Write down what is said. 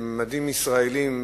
בממדים ישראליים,